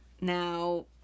Now